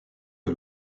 que